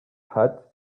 hat